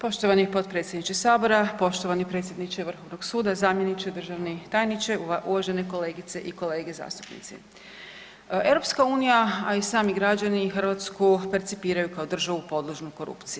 Poštovani potpredsjedniče sabora, poštovani predsjedniče Vrhovnog suda, zamjeniče, državni tajniče, uvažene kolegice i kolege zastupnici, EU a i sami građani Hrvatsku percipiraju kao državu podložnu korupciji.